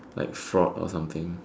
like fraud or something